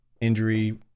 injury